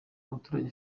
umuturage